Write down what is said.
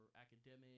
academic